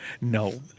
No